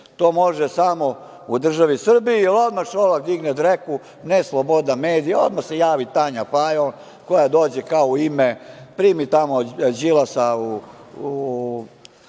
To može samo u državi Srbiji, jer odmah Šolak digne dreku - ne sloboda medija, odmah se javi Tanja Fajon koja dođe kao u ime… primi tamo Đilasa u